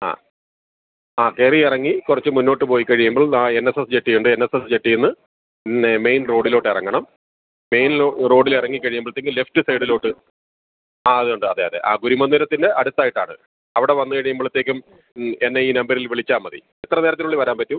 ആ ആ കയറി ഇറങ്ങി കുറച്ച് മുന്നോട്ട് പോയിക്കഴിയുമ്പോൾ ദാ എൻ എസ് എസ് ജെട്ടിയുണ്ട് എൻ എസ് എസ് ജെട്ടിയിൽ നിന്ന് പിന്നെ മേയ്ൻ റോഡിലോട്ട് ഇറങ്ങണം മേയ്ൻ റോഡിൽ ഇറങ്ങി കഴിയുമ്പോഴത്തേക്ക് ലെഫ്റ്റ് സൈഡിലോട്ട് ആ അതുണ്ട് അതെ അതെ ആ ഗുരുമന്ദിരത്തിൻ്റെ അടുത്തയിട്ടാണ് അവിടെ വന്നു കഴിയുമ്പോഴത്തേക്കും എന്നെ ഈ നമ്പറിൽ വിളിച്ചാൽ മതി എത്ര നേരത്തിനുള്ളിൽ വരാൻ പറ്റും